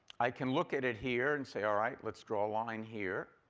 i can look at it here and say, all right, let's draw a line here,